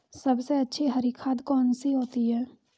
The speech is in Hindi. सबसे अच्छी हरी खाद कौन सी होती है?